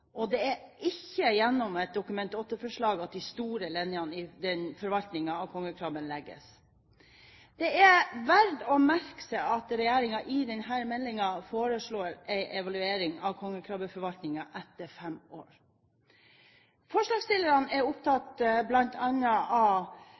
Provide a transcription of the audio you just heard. og det er ikke gjennom et Dokument nr. 8-forslag at de store linjene i forvaltningen av kongekrabben legges. Det er verdt å merke seg at regjeringen i denne meldingen foreslår en evaluering av kongekrabbeforvaltningen etter fem år. Forslagsstillerne er